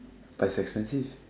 but it's expensive